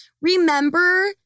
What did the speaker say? Remember